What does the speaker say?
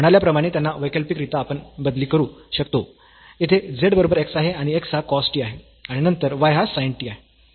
मी म्हणल्याप्रमाणे त्यांना वैकल्पिकरित्या आपण बदली करू शकतो येथे z बरोबर x आहे x हा cos t आहे आणि नंतर y हा sin t आहे